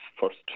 first